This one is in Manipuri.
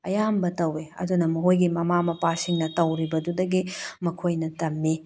ꯑꯌꯥꯝꯕ ꯇꯧꯑꯦ ꯑꯗꯨꯅ ꯃꯈꯣꯏꯒꯤ ꯃꯃꯥ ꯃꯄꯥꯁꯤꯡꯅ ꯇꯧꯔꯤꯕꯗꯨꯗꯒꯤ ꯃꯈꯣꯏꯅ ꯇꯝꯃꯤ